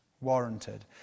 warranted